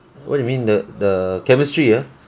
what do you mean the the chemistry ah